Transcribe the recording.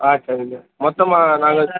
ஆ சரிங்க மொத்தமாக நாங்கள்